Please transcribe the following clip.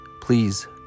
please